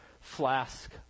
flask